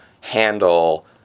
handle